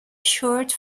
search